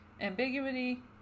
ambiguity